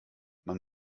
man